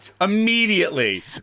immediately